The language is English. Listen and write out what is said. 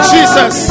Jesus